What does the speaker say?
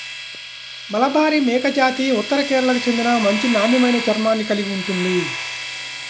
మలబారి మేకజాతి ఉత్తర కేరళకు చెందిన మంచి నాణ్యమైన చర్మాన్ని కలిగి ఉంటుంది